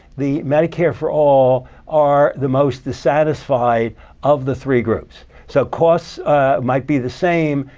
the medicare for all are the most dissatisfied of the three groups. so costs might be the same,